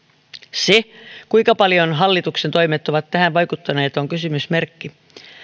se kuinka paljon hallituksen toimet ovat tähän vaikuttaneet on kysymysmerkki